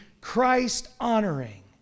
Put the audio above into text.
Christ-honoring